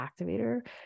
activator